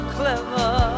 clever